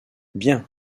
bien